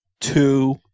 two